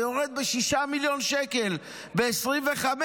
ויורד ב-6 מיליון שקל ב-2025.